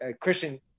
Christian –